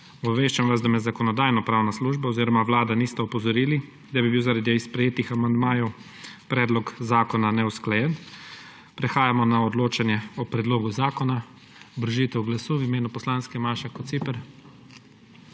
Obveščam vas, da me Zakonodajno-pravna služba oziroma Vlada nista opozorili, da bi bil zaradi sprejetih amandmajev predlog zakona neusklajen. Prehajamo na odločanje o predlogu zakona. Obrazložitev glasu v imenu poslanske, Maša Kociper.